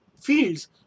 fields